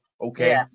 Okay